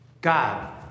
god